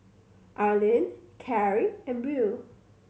Arlin Carie and Beau